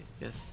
Yes